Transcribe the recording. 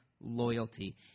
loyalty